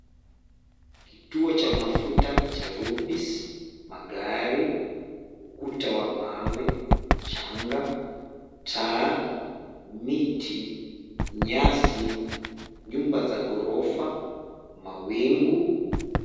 Kituo cha mafuta cha Rubis, magari, ukuta wa mawe, mchanga, taa, miti, nyasi, nyumba za ghorofa, mawingu.